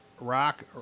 rock